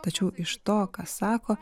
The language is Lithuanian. tačiau iš to ką sako